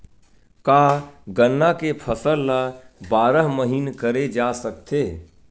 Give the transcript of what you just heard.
का गन्ना के फसल ल बारह महीन करे जा सकथे?